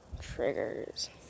triggers